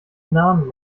namen